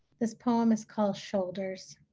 this poem is called shoulders.